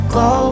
go